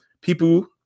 people